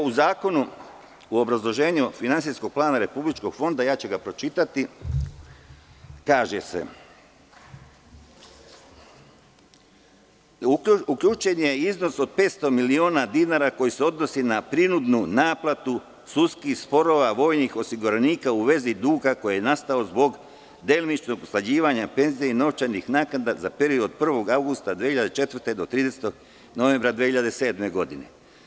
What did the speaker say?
U zakonu, obrazloženju finansijskog plana Republičkog fonda, ja ću pročitati, kaže se – uključen je iznos od 500 miliona dinara koji se odnosi na prinudnu naplatu sudskih sporova vojnih osiguranika u vezi duga koji je nastao zbog delimičnog usklađivanja penzija i novčanih naknada za period od 1. avgusta 2004. do 30. novembra 2007. godine.